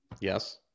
Yes